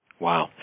Wow